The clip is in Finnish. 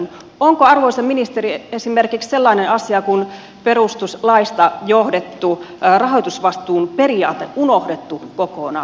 onko arvoisa ministeri esimerkiksi sellainen asia kuin perustuslaista johdettu rahoitusvastuun periaate unohdettu kokonaan